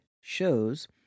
shows